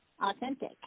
authentic